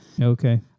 Okay